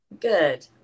Good